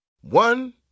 One